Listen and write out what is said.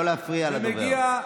לא להפריע לדובר.